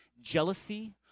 jealousy